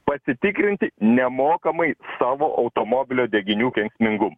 pasitikrinti nemokamai savo automobilio deginių kenksmingumą